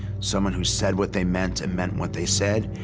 someone who said what they meant and meant what they said,